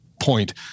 point